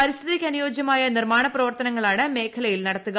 പരിസ്ഥിതിക്കനുയോജൃമായ നിർമ്മാണ പ്രവർത്തനങ്ങളാണ് മേഖലയിൽ നടത്തുക